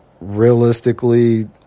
realistically